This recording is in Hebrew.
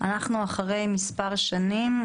אנחנו אחרי מספר שנים,